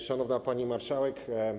Szanowna Pani Marszałek!